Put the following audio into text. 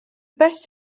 best